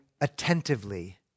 attentively